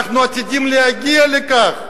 אנחנו עתידים להגיע לכך,